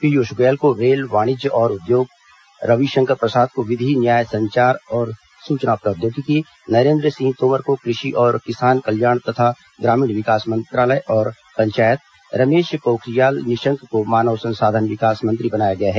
पीयूष गोयल को रेल वाणिज्य और उद्योग रविशंकर प्रसाद को विधि न्याय संचार और सूचना प्रौद्योगिकी नरेंद्र सिंह तोमर को कृषि और किसान कल्याण तथा ग्रामीण विकास और पंचायत रमेश पोखरियाल निशंक को मानव संसाधन विकास मंत्री बनाया गया है